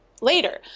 later